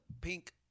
pink